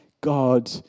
God